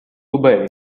obey